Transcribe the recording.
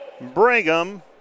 Brigham